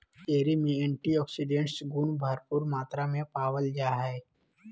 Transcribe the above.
cherry में antioxidants गुण भरपूर मात्रा में पावल जा हइ